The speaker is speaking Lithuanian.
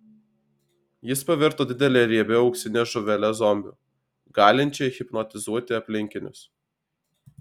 jis pavirto didele riebia auksine žuvele zombiu galinčia hipnotizuoti aplinkinius